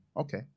Okay